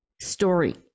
story